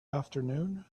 afternoon